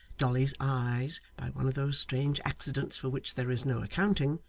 dolly's eyes, by one of those strange accidents for which there is no accounting,